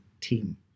team